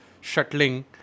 shuttling